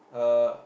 uh